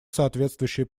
соответствующие